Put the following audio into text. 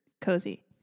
cozy